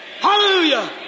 Hallelujah